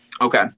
okay